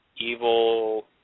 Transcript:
evil